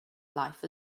life